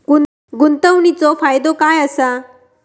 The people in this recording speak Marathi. गुंतवणीचो फायदो काय असा?